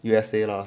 U_S_A